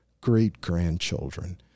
great-grandchildren